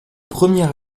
premier